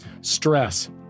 Stress